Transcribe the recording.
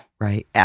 Right